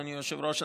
אדוני היושב-ראש,